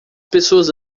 pessoas